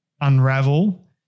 unravel